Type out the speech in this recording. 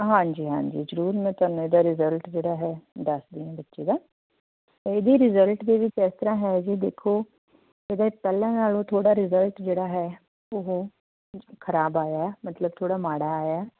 ਹਾਂਜੀ ਹਾਂਜੀ ਜ਼ਰੂਰ ਮੈਂ ਤੁਹਾਨੂੰ ਇਹਦਾ ਰਿਜ਼ਲਟ ਜਿਹੜਾ ਹੈ ਦੱਸ ਦੀ ਹਾਂ ਬੱਚੇ ਦਾ ਇਹਦੇ ਰਿਜ਼ਲਟ ਦੇ ਵਿੱਚ ਇਸ ਤਰ੍ਹਾਂ ਹੈ ਜੀ ਦੇਖੋ ਇਹਦੇ ਪਹਿਲਾਂ ਨਾਲੋਂ ਥੋੜ੍ਹਾ ਰਿਜ਼ਲਟ ਜਿਹੜਾ ਹੈ ਉਹ ਖਰਾਬ ਆਇਆ ਮਤਲਬ ਥੋੜ੍ਹਾ ਮਾੜਾ ਆਇਆ